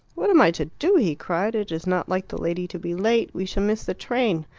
what am i to do? he cried it is not like the lady to be late. we shall miss the train.